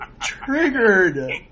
Triggered